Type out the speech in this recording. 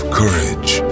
courage